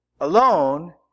alone